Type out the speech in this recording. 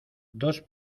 dos